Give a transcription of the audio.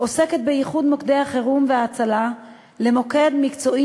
עוסקת באיחוד מוקדי החירום וההצלה למוקד מקצועי